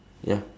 ya